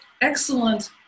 excellent